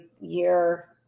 year